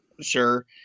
Sure